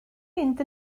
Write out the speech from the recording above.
mynd